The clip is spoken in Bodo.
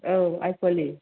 औ आइफवालि